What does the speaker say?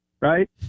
right